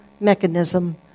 mechanism